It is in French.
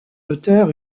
auteur